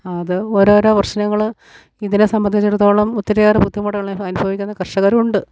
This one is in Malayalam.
അത് ഓരോരോ പ്രശ്നങ്ങൾ ഇതിനെ സംബന്ധിച്ചെടുത്തോളം ഒത്തിരിയേറെ ബുന്ധിമുട്ടുകൾ അനുഭവിക്കുന്ന കർഷകരും ഉണ്ട്